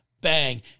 Bang